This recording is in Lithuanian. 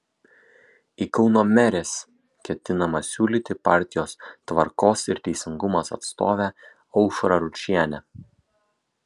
į kauno meres ketinama siūlyti partijos tvarkos ir teisingumas atstovę aušrą ručienę